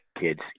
kids